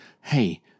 hey –